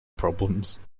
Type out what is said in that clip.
problems